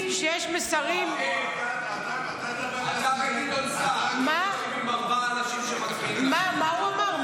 שיש מסרים ------ מה הוא אמר?